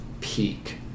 peak